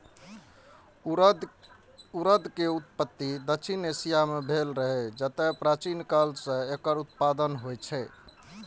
उड़द के उत्पत्ति दक्षिण एशिया मे भेल रहै, जतय प्राचीन काल सं एकर उत्पादन होइ छै